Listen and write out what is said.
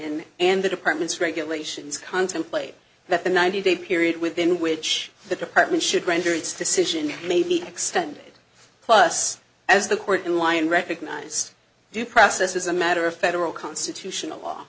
line and the department's regulations contemplate that the ninety day period within which the department should render its decision may be extended plus as the court in lyon recognized due process is a matter of federal constitutional law